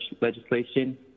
Legislation